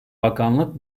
bakanlık